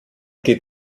geht